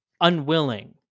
unwilling